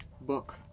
book